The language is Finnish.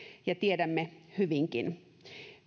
ja tiedämme hyvinkin